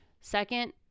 Second